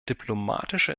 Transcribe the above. diplomatische